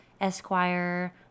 Esquire